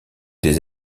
des